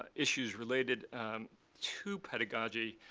issues related to pedagogy.